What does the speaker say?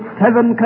seven